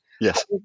yes